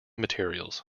materials